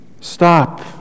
stop